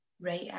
Right